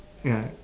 ya